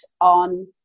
on